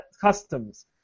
customs